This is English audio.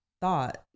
thought